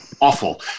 awful